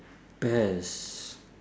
best